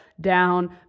down